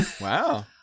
Wow